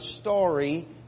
story